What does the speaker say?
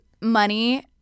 money